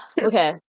okay